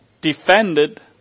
defended